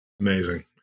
Amazing